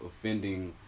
offending